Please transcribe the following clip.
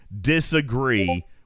disagree